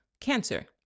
cancer